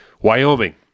Wyoming